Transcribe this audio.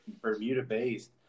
Bermuda-based